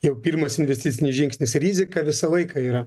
jau pirmas investicinis žingsnis rizika visą laiką yra